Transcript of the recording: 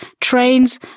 trains